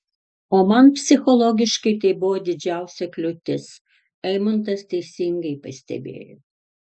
o man psichologiškai tai buvo didžiausia kliūtis eimuntas teisingai pastebėjo